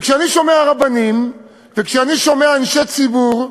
כשאני שומע רבנים, וכשאני שומע אנשי ציבור,